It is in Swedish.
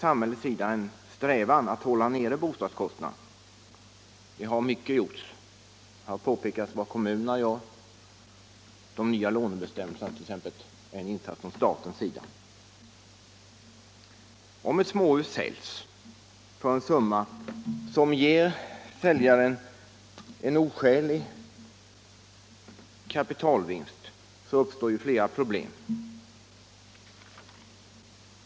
Samhället strävar ju efter att hålla bostadskostnaderna nere, och mycket har gjorts i den riktningen. Här har pekats på vad kommunerna gör. De nya lånebestämmelserna är ett exempel på insatser från statens sida. Om ett småhus säljs för en summa som ger säljaren en oskälig kapitalvinst uppstår flera problem.